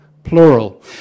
Plural